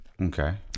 okay